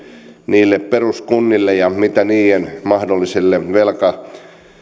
niille peruskunnille ja mitä niiden mahdolliselle